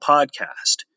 Podcast